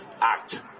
act